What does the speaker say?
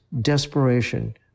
desperation